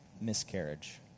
miscarriage